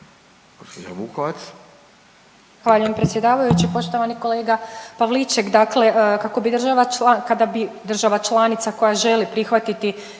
Zahvaljujem predsjedavajući. Poštovani kolega Pavliček. Kada bi država članica koja želi prihvatiti